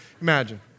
Imagine